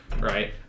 Right